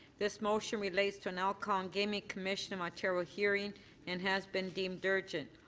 this motion relates to an alcohol gaming commission ontario hearing and has been deemed urgent.